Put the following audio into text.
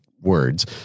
words